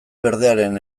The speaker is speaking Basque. berdearen